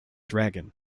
dragon